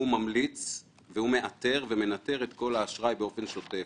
ממליץ, מאתר ומנטר את כל האשראי באופן שוטף.